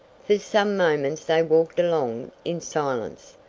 for some moments they walked along in silence.